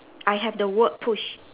I have the word push